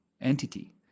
entity